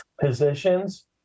positions